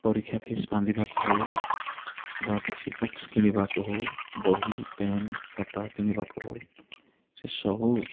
ପରୀକ୍ଷା ଫିସ୍ ବାନ୍ଧିବାକୁ ହେଉ ବା କିଛି ବୁକ୍ସ୍ କିଣିବାକୁ ହେଉ ବହି ପେନ୍ ଖାତା କିଣିବାକୁ ହେଉ ସେ ସବୁ